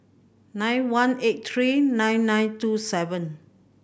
nine one eight three nine nine two seven